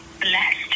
blessed